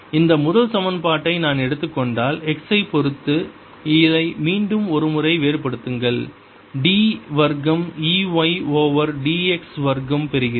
இந்த முதல் சமன்பாட்டை நான் எடுத்துக் கொண்டால் x ஐப் பொறுத்து இதை மீண்டும் ஒரு முறை வேறுபடுத்துங்கள் d வர்க்கம் E y ஓவர் dx வர்க்கம் பெறுகிறேன்